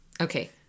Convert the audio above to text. Okay